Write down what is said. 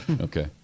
Okay